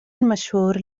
مشهور